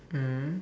mm